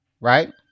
right